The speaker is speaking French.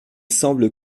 semble